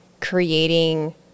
creating